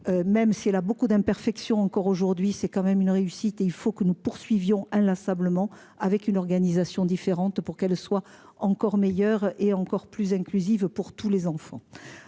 Même si elle a beaucoup d'imperfections encore aujourd'hui c'est quand même une réussite et il faut que nous poursuivions inlassablement avec une organisation différente pour qu'elle soit encore meilleure et encore plus inclusive pour tous les enfants.